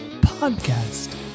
podcast